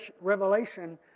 revelation